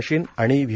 machine आणि V